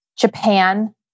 Japan